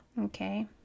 Okay